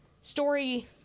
Story